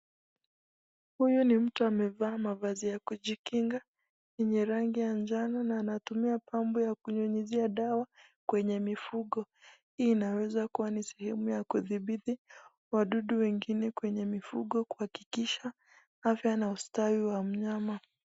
Huyu ni mtu amevaa mavazi ya kujikinga yenye rangi ya njano na anatumia pampu ya kunyunyizia dawa kwenye mifugo. Hii inaweza kuwa ni sehemu ya kudhibiti wadudu wengine kwenye mifugo kuhakikisha afya na ustawi wa mnyama.